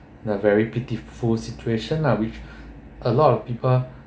the very pitiful situation lah which a lot of people